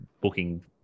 booking